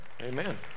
amen